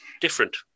different